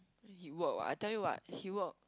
he work what I tell you what he work